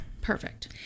Perfect